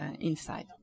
inside